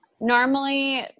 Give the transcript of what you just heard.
Normally